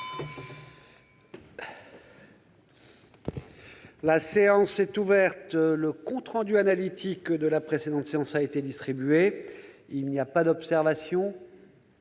La séance est ouverte. Le compte rendu analytique de la précédente séance a été distribué. Il n'y a pas d'observation